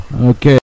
Okay